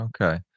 Okay